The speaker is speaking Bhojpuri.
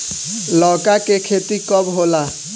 लौका के खेती कब होला?